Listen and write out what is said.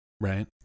Right